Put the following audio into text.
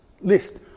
list